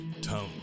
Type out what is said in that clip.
Tone